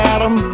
Adam